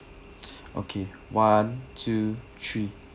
okay one two three